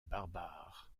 barbares